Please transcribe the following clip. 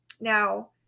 now